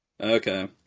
Okay